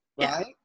Right